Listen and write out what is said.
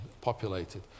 populated